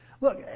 look